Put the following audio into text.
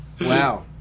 Wow